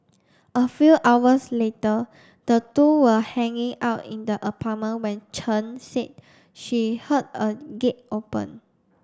a few hours later the two were hanging out in the apartment when Chen said she heard a gate open